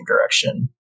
direction